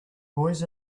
boys